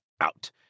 out